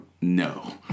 No